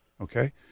Okay